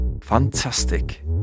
Fantastic